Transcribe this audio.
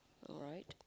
alright